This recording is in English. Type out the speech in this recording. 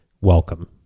Welcome